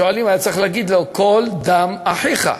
שואלים: היה צריך להגיד לו: קול דם אחיך,